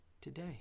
today